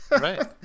Right